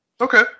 Okay